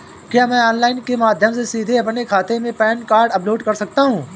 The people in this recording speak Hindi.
क्या मैं ऑनलाइन के माध्यम से सीधे अपने खाते में पैन कार्ड अपलोड कर सकता हूँ?